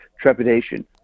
trepidation